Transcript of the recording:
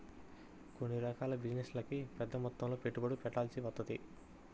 కొన్ని రకాల బిజినెస్లకి పెద్దమొత్తంలో పెట్టుబడుల్ని పెట్టాల్సి వత్తది